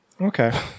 Okay